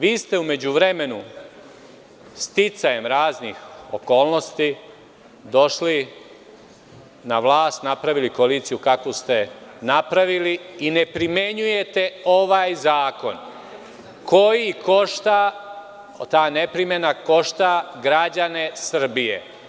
Vi ste u međuvremenu, sticajem raznih okolnosti došli na vlast, napravili koaliciju kakvu ste napravili i ne primenjujete ovaj zakon koji košta, ta ne primena, košta građane Srbije.